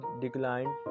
declined